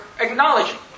acknowledging